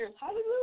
Hallelujah